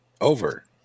over